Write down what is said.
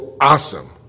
awesome